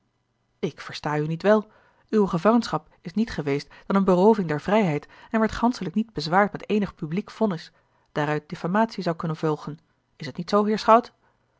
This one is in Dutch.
ik versta u niet wel uwe gevangenschap is niet geweest dan eene berooving der vrijheid en werd ganschelijk niet bezwaard met eenig publiek vonnis daaruit diffamatie zou konnen volgen is het niet zoo